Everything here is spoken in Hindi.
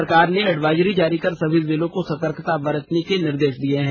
सरकार ने एडवाइजरी जारी कर सभी जिलों को सतर्कता बरतने के निर्देश दिए हैं